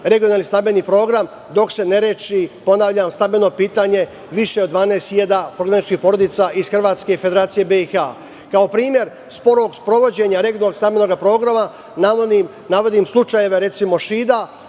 regionalni stambeni program dok se ne reši stambeno pitanje više od 12.000 prognanih porodica iz Hrvatske, Federacije BiH.Kao primer, sporog sprovođenja regionalnog stambenog programa navodim slučajeve, recimo, Šida